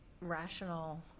rational